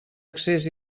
accés